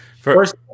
First